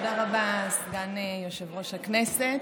תודה רבה, סגן יושב-ראש הכנסת.